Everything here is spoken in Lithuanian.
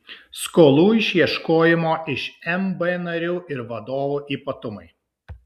skolų išieškojimo iš mb narių ir vadovų ypatumai